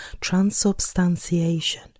transubstantiation